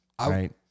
right